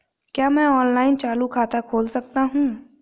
क्या मैं ऑनलाइन चालू खाता खोल सकता हूँ?